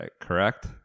correct